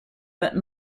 but